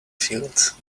fields